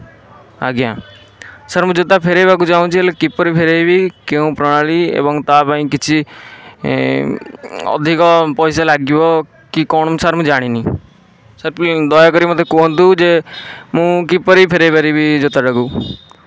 ଆଜ୍ଞା ସାର୍ ମୁଁ ଜୋତା ଫେରାଇବାକୁ ଚାହୁଁଛି ହେଲେ କିପରି ଫେରାଇବି କେଉଁ ପ୍ରଣାଳୀ ଏବଂ ତା ପାଇଁ କିଛି ଅଧିକ ପଇସା ଲାଗିବ କି କ'ଣ ସାର୍ ମୁଁ ଜାଣିନି ସାର୍ ଦୟାକରି ମୋତେ କୁହନ୍ତୁ ଯେ ମୁଁ କିପରି ଫେରାଇପାରିବି ଏହି ଜୋତାଟାକୁ